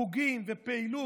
חוגים ופעילות.